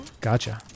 Gotcha